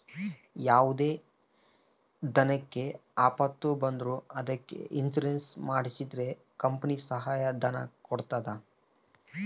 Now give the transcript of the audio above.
ಯಾವುದೇ ದನಕ್ಕೆ ಆಪತ್ತು ಬಂದ್ರ ಅದಕ್ಕೆ ಇನ್ಸೂರೆನ್ಸ್ ಮಾಡ್ಸಿದ್ರೆ ಕಂಪನಿ ಸಹಾಯ ಧನ ಕೊಡ್ತದ